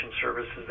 services